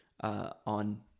on